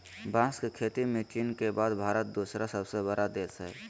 बांस के खेती में चीन के बाद भारत दूसरा सबसे बड़ा देश हइ